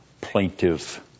plaintive